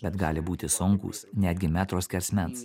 bet gali būti sunkūs netgi metro skersmens